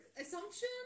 assumption